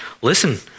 Listen